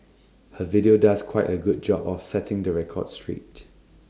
her video does quite A good job of setting the record straight